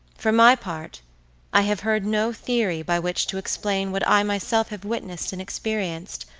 for my part i have heard no theory by which to explain what i myself have witnessed and experienced,